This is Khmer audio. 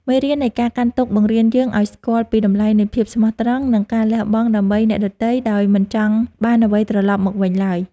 មេរៀននៃការកាន់ទុក្ខបង្រៀនយើងឱ្យស្គាល់ពីតម្លៃនៃភាពស្មោះត្រង់ និង ការលះបង់ដើម្បីអ្នកដទៃដោយមិនចង់បានអ្វីត្រឡប់មកវិញឡើយ។